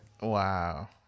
Wow